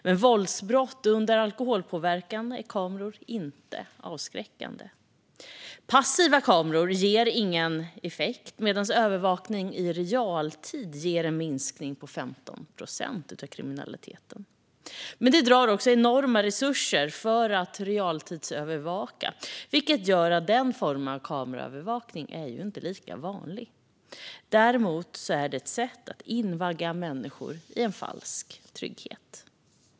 Mot våldsbrott under alkoholpåverkan är kameror inte avskräckande. Passiva kameror ger ingen effekt, medan övervakning i realtid ger en minskning av kriminaliteten på 15 procent. Men det drar också enorma resurser att realtidsövervaka, vilket gör att den formen av kameraövervakning inte är lika vanlig. Däremot är det ett sätt att invagga människor i en falsk trygghet.